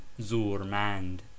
Zurmand